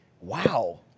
Wow